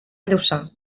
lluçà